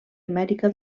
amèrica